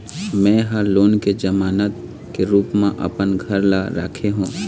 में ह लोन के जमानत के रूप म अपन घर ला राखे हों